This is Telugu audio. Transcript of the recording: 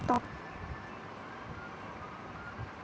స్టాక్లు, బాండ్లు, మ్యూచువల్ ఫండ్లు ఇ.టి.ఎఫ్లు, బ్యాంక్ ఉత్పత్తులు